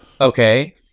okay